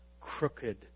crooked